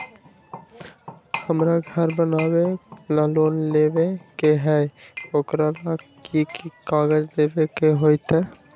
हमरा घर बनाबे ला लोन लेबे के है, ओकरा ला कि कि काग़ज देबे के होयत?